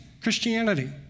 Christianity